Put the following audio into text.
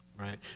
Right